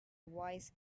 wise